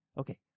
okay